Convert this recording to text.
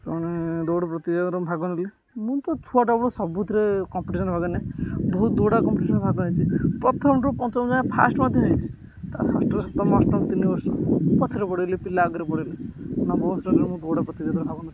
କଣେ ଦୌଡ଼ ପ୍ରତିଯୋଗିତାରେ ମୁ ଭାଗ ନେଲି ମୁଁ ତ ଛୁଆଟା ମୁଁ ସବୁଥିରେ କମ୍ପିଟେସନ ଭାଗ ନିଏ ବହୁତ ଦୌଡ଼ କମ୍ପିଟେସନ୍ ଭାଗ ନେଇଛି ପ୍ରଥମରୁ ପଞ୍ଚମ ଯାଏଁ ଫାଷ୍ଟ ମଧ୍ୟ ହୋଇଛି ଫାଷ୍ଟରୁ ସପ୍ତମ ଅଷ୍ଟମ ତିନି ବର୍ଷ ପଛରେ ପଡ଼ିଗଲି ପିଲା ଆଗରେ ପଳେଇଲେ ନବମରେ ମୁଁ ଦୌଡ଼ ପ୍ରତିଯୋଗିତାରେ ଭାଗ ନେଲିି